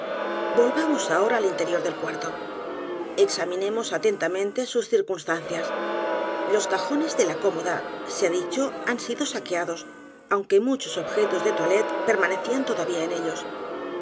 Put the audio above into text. volvamos ahora al interior del cuarto examinemos atentamente sus circunstancias los cajones de la cómoda se ha dicho han sido saqueados aunque muchos objetos de toilette permanecían todavía en ellos